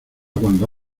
cuando